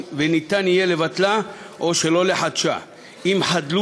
ואפשר יהיה לבטלה או שלא לחדשה אם חדלו